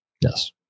Yes